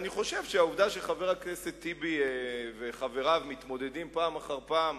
העובדה שחבר הכנסת טיבי וחבריו מתמודדים פעם אחר פעם,